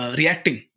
reacting